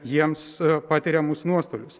jiems patiriamus nuostolius